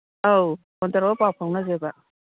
ꯑꯧ ꯐꯣꯟ ꯇꯧꯔ ꯄꯥꯎ ꯐꯥꯎꯅꯁꯦꯕ